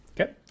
Okay